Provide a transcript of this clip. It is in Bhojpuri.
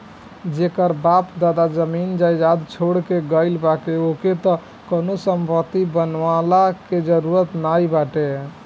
जेकर बाप दादा जमीन जायदाद छोड़ के गईल बाने ओके त कवनो संपत्ति बनवला के जरुरत नाइ बाटे